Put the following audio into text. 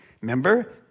Remember